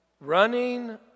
Running